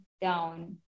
down